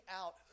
out